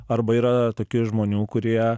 arba yra tokių žmonių kurie